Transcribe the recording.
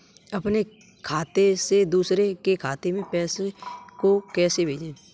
अपने खाते से दूसरे के खाते में पैसे को कैसे भेजे?